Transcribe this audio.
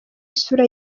isura